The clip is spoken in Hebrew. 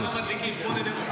למה מדליקים שמונה נרות.